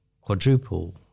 Quadruple